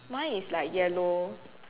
mine is like yellow